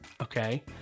Okay